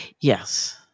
Yes